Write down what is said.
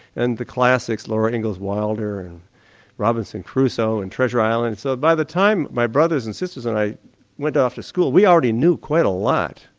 and the classics, laura engles wilder and robinson crusoe and treasure island, so by the time my brothers and sisters and i went off to school we already knew quite a lot.